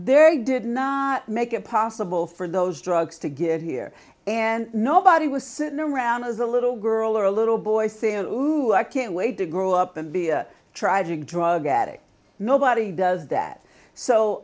there did not make it possible for those drugs to get here and nobody was sitting around as a little girl or a little boy santa who i can't wait to grow up and be a tragic drug addict nobody does that